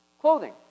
Clothing